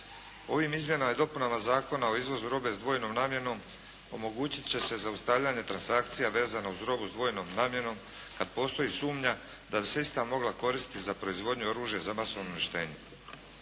Ovim izmjenama i dopunama Zakona o izvozu robe s dvojnom namjenom omogućit će se zaustavljanje transakcija vezano uz robu s dvojnom namjenom kad postoji sumnja da bi se ista mogla koristiti za proizvodnju oružja za masovno uništenje.